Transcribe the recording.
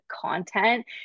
content